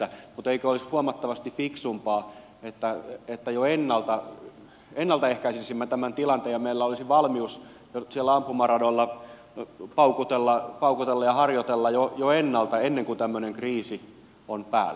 mutta eikö olisi huomattavasti fiksumpaa että jo ennalta ehkäisisimme tämän tilanteen ja meillä olisi valmius ampumaradoilla paukutella ja harjoitella jo ennalta ennen kuin tämmöinen kriisi on päällä